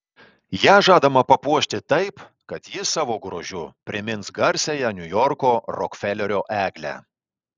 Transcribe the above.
ją žadama papuošti taip kad ji savo grožiu primins garsiąją niujorko rokfelerio eglę